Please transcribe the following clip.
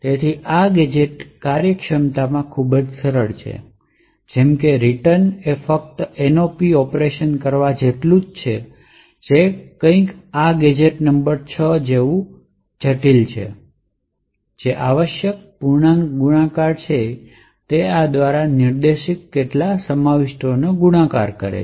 તેથી આ ગેજેટ્સ કાર્યક્ષમતામાં ખૂબ સરળ છે જેમ કે રીટર્ન જે ફક્ત nop ઑપરેશન કરવા જેટલું જ છે જે કંઈક આ ગેજેટ નંબર 6 જેવી જટિલ છે જે આવશ્યક પૂર્ણાંક ગુણાકાર છે તે આ દ્વારા નિર્દેશિત કેટલાક સમાવિષ્ટોને ગુણાકાર કરે છે